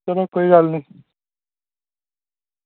चलो कोई गल्ल निं